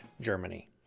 Germany